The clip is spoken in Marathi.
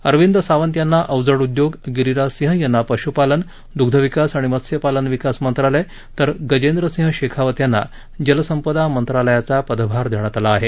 अरविंद सावंत यांना अवजड उद्योग गिरीराज सिंह यांना पश्पालन द्ग्धविकास आणि मत्सपालन विकास मंत्रालय तर गजेंद्र सिंह शेखावत यांना जलसंपदा मंत्रालयाचा पदभार देण्यात आला आहे